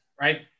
right